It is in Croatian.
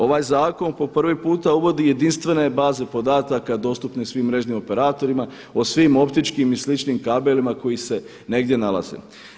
Ovaj zakon po prvi puta uvodi jedinstvene baze podataka dostupne svim mrežnim operatorima, o svim optičkim i sličim kabelima koji se negdje nalaze.